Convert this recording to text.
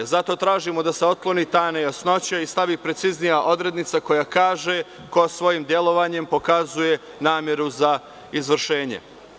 Zato tražimo da se otkloni ta nejasnoća i stavi preciznija odredba koja kaže – ko svojim delovanjem pokazuje nameru za izvršenje.